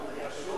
אני רשום?